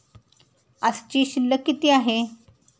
आजची शिल्लक किती आहे?